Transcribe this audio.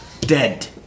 Dead